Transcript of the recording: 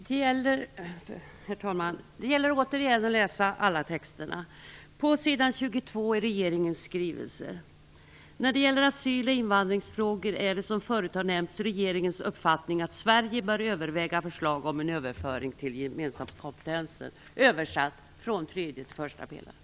Herr talman! Det gäller återigen att läsa alla texterna. På s. 22 i regeringens skrivelse står det: När det gäller asyl och invandringsfrågor är det som förut har nämnts regeringens uppfattning att Sverige bör överväga förslag om en överföring till den gemensamma kompetensen. Översatt: från tredje till första pelaren.